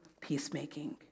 peacemaking